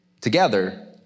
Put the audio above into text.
together